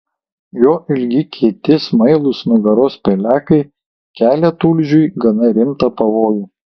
jo ilgi kieti smailūs nugaros pelekai kelia tulžiui gana rimtą pavojų